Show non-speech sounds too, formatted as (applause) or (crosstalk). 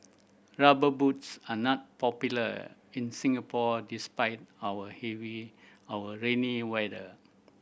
Rubber Boots are not popular in Singapore despite our (unintelligible) our rainy weather